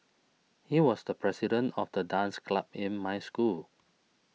he was the president of the dance club in my school